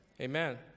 Amen